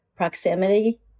Proximity